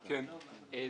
נעה,